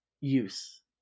use